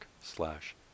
slash